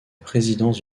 présidence